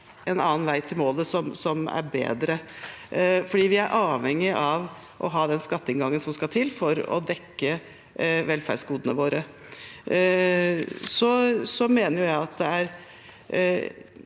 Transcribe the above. en annen vei til målet som er bedre, for vi er avhengige av å ha den skatteinngangen som skal til for å dekke velferdsgodene våre. Jeg mener også at det er